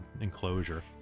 enclosure